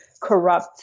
corrupt